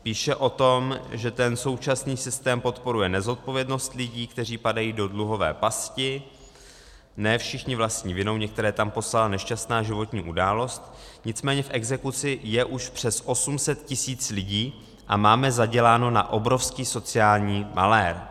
Píše o tom, že současný systém podporuje nezodpovědnost lidí, kteří padají do dluhové pasti, ne všichni vlastní vinou, některé tam poslala nešťastná životní událost, nicméně v exekuci je už přes 800 tisíc lidí a máme zaděláno na obrovský sociální malér.